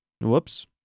Whoops